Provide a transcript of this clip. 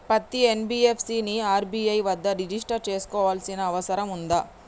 పత్తి ఎన్.బి.ఎఫ్.సి ని ఆర్.బి.ఐ వద్ద రిజిష్టర్ చేసుకోవాల్సిన అవసరం ఉందా?